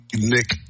Nick